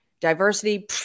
Diversity